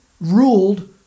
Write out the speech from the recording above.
ruled